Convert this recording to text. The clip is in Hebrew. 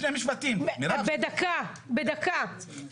דקה אחת.